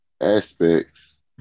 aspects